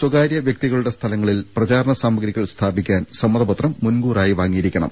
സ്വകാര്യ വ്യക്തികളുടെ സ്ഥലങ്ങളിൽ പ്രചാരണ സാമ ഗ്രികൾ സ്ഥാപിക്കാൻ സമ്മതപത്രം മുൻകൂറായി വാങ്ങിയിരിക്ക ണം